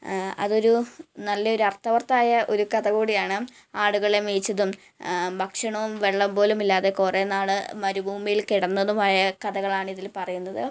അതൊരു നല്ല ഒരു അർത്ഥവത്തായ ഒരു കഥ കൂടിയാണ് ആടുകളേ മേയ്ച്ചതും ഭക്ഷണവും വെള്ളം പോലുമില്ലാതെ കൊറേനാള് മരഭൂമിയിൽ കിടന്നതുമായ കഥകളാണ് ഇതിൽ പറയുന്നത്